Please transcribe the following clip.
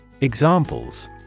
Examples